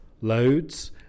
loads